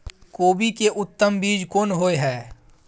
कोबी के उत्तम बीज कोन होय है?